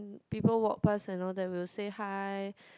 mm people walk pass and all that will say hi